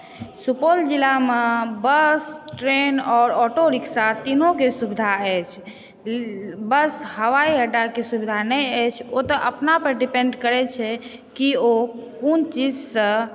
सुपौल जिलामे bus train औऱ auto rickshaw तीनोके सुविधा अछि बस हवाई अड्डाके सुविधा नहि अछि ओ तऽ अपना पर डिपेण्ड करै छै कि ओ कोन चीज सँ